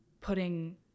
putting